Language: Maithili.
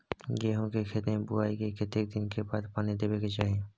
गेहूँ के खेती मे बुआई के कतेक दिन के बाद पानी देबै के चाही?